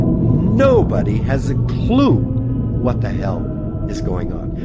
nobody has a clue what the hell is going on!